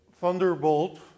thunderbolt